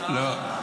לא.